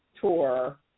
tour